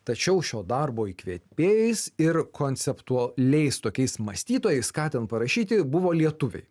tačiau šio darbo įkvėpėjais ir konceptualiais tokiais mąstytojais ką ten parašyti buvo lietuviai